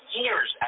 years